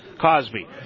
Cosby